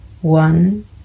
one